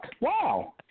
wow